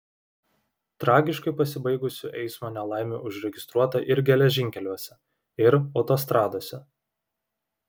tragiškai pasibaigusių eismo nelaimių užregistruota ir geležinkeliuose ir autostradose